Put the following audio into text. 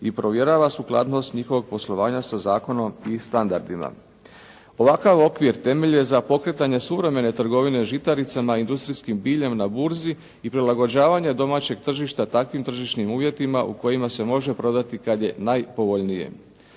i provjerava sukladnost njihovog poslovanja sa zakonom i standardima. Ovaj okvir temelj je za pokretanje suvremene trgovine žitaricama, industrijskim biljem na burzi i prilagođavanja domaćeg tržišta takvim tržišnim uvjetima u kojima se može prodati kad je najpovoljnije.